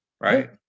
right